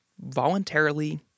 voluntarily